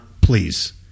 please